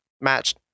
match